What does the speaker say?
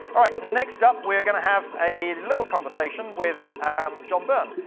all right, next up, we're going to have a little conversation with john byrne.